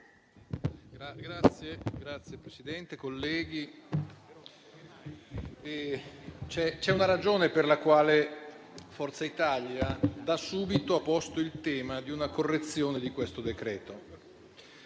Signor Presidente, colleghi, c'è una ragione per la quale Forza Italia da subito ha posto il tema di una correzione del decreto-legge